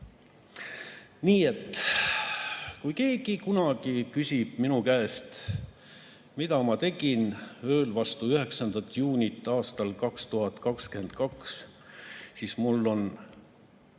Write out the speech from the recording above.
Nii et kui keegi kunagi küsib minu käest, mida ma tegin ööl vastu 9. juunit aastal 2022, siis mul on